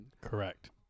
Correct